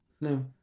No